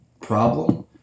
problem